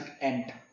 end